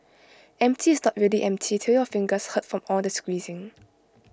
empty is not really empty till your fingers hurt from all the squeezing